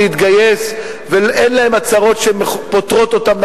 להתגייס ואין להם הצהרות שפוטרות אותם,